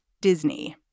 Disney